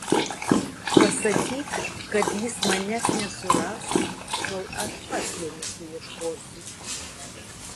pasakyk kad jis manęs nesuras kol aš pats jo nesuieškosiu